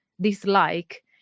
dislike